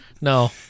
no